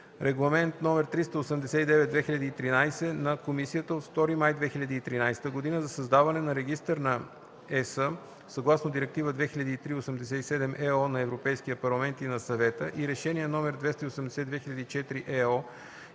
Регламент (ЕС) № 389/2013 на Комисията от 2 май 2013 г. за създаване на Регистър на ЕС съгласно Директива 2003/87/ЕО на Европейския парламент и на Съвета и решения № 280/2004/ЕО